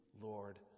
Lord